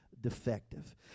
defective